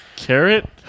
Carrot